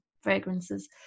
fragrances